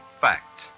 fact